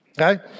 okay